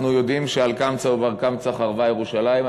אנחנו יודעים שעל קמצא ובר-קמצא חרבה ירושלים.